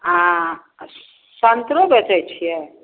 आओर स सन्तरो बेचै छिए